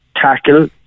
tackle